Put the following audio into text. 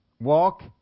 Walk